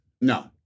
no